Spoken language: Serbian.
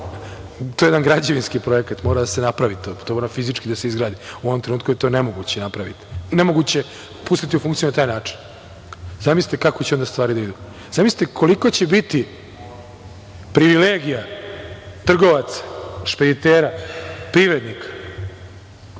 To je jedan građevinski projekat, mora da se napravi to, to mora fizički da se izgradi. U ovom trenutku je to nemoguće pustiti u funkciju na taj način. Zamislite kako će onda stvari da idu. Zamislite koliko će biti privilegija trgovaca, špeditera, privrednika,